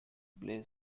play